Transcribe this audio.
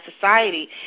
society